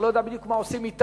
אני לא יודע בדיוק מה עושים אתה,